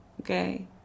Okay